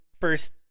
first